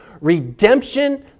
redemption